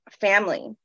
family